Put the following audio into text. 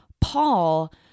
Paul